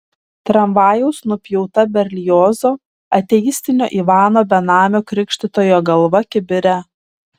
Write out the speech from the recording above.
tramvajaus nupjauta berliozo ateistinio ivano benamio krikštytojo galva kibire